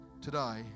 Today